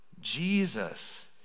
Jesus